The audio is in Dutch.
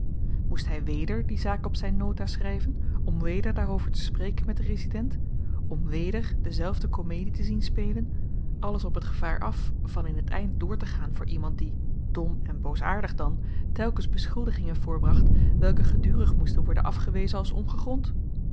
moest hy weder die zaak op zyn nota schryven om weder daarover te spreken met den resident om weder dezelfde komedie te zien spelen alles op t gevaar af van in het eind doortegaan voor iemand die dom en boosaardig dan telkens beschuldigingen voorbracht welke gedurig moesten worden afgewezen als ongegrond